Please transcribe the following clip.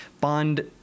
Bond